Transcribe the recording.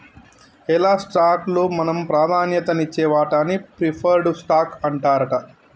ఎలా స్టాక్ లో మనం ప్రాధాన్యత నిచ్చే వాటాన్ని ప్రిఫర్డ్ స్టాక్ అంటారట